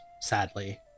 sadly